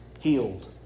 healed